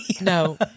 No